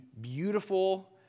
beautiful